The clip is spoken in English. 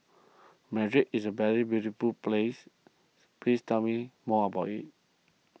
Madrid is a very beautiful place please tell me more about it